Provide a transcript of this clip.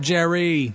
Jerry